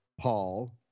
Paul